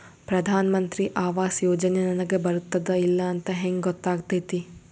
ಪ್ರಧಾನ ಮಂತ್ರಿ ಆವಾಸ್ ಯೋಜನೆ ನನಗ ಬರುತ್ತದ ಇಲ್ಲ ಅಂತ ಹೆಂಗ್ ಗೊತ್ತಾಗತೈತಿ?